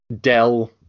dell